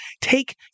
take